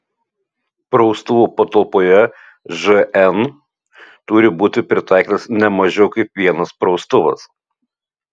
praustuvų patalpoje žn turi būti pritaikytas ne mažiau kaip vienas praustuvas